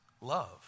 love